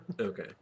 Okay